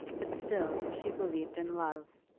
but still she believed in love.